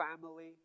family